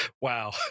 Wow